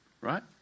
Right